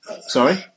Sorry